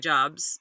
Jobs